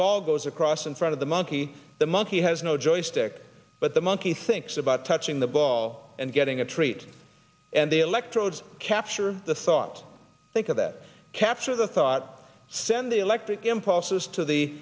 ball goes across in front of the monkey the monkey has no joystick but the monkey thinks about touching the ball and getting a treat and the electrodes capture the thoughts i think of that capture the thought send the electric impulses to the